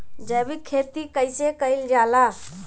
जैविक खेती कईसे कईल जाला?